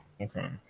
Okay